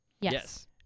Yes